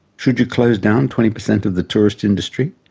should you close down twenty percent of the tourist industry?